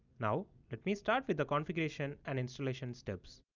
now let me start with the configuration and installation steps.